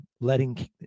letting